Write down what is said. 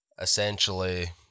essentially